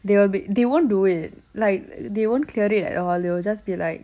they will they won't do it like they won't clear it at all they will just be like